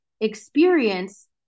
experience